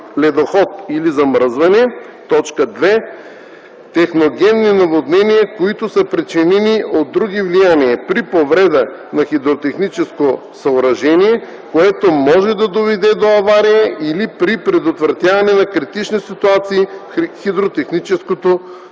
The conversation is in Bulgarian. ледоход или замръзване; 2. техногенни наводнения, които са причинени от други влияния – при повреда на хидротехническо съоръжение, което може да доведе до авария, или при предотвратяване на критични ситуации в хидротехническо съоръжение.”